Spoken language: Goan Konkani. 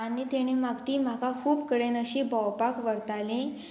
आनी ताणी माग ती म्हाका खूब कडेन अशी भोंवपाक व्हरताली